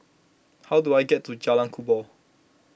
how do I get to Jalan Kubor